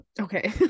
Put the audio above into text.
Okay